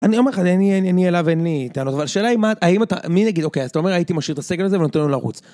אני אומר לך אין לי, אין לי, אליו אין לי טענות, אבל השאלה היא מה, האם אתה, מי נגיד, אוקיי, אז אתה אומר הייתי משאיר את הסגל הזה ונותן לו לרוץ.